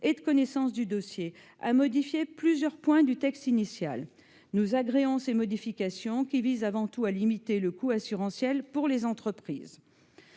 la commission des finances a modifié plusieurs points du texte initial. Nous agréons ces modifications, qui visent avant tout à limiter le coût assurantiel pour les entreprises.